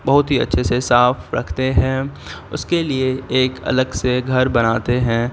بہت ہی اچھے سے صاف رکھتے ہیں اس کے لیے ایک الگ سے گھر بناتے ہیں